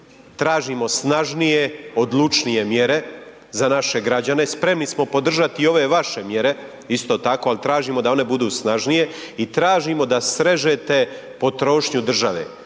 Tražimo snažnije, odlučnije mjere za naše građane, spremni smo podržati i ove vaše mjere isto tako, ali tražimo da one budu snažnije i tražimo da srežete potrošnju države.